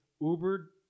Uber